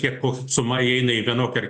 kiek ko suma jeina į vienokį ar